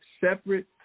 separate